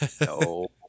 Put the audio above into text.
No